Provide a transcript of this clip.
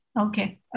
Okay